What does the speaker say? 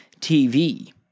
TV